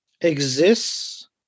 exists